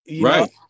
Right